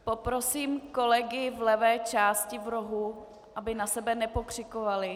Poprosím kolegy v levé části rohu, aby na sebe nepokřikovali.